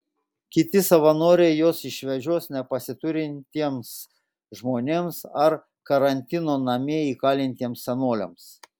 kiti savanoriai juos išvežios nepasiturintiems žmonėms ar karantino namie įkalintiems senoliams